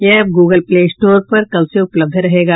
यह app Google Play Store पर कल से उपलब्ध रहेगा